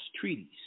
treaties